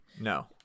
No